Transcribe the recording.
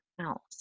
else